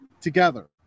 together